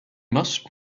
must